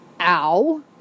ow